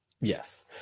Yes